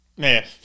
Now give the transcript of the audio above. Man